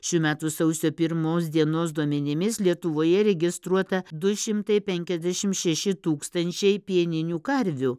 šių metų sausio pirmos dienos duomenimis lietuvoje registruota du šimtai penkiasdešimt šeši tūkstančiai pieninių karvių